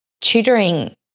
tutoring